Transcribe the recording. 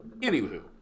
Anywho